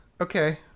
okay